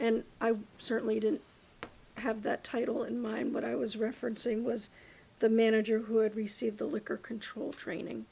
and i certainly didn't have that title in mind but i was referencing was the manager who had received the liquor control training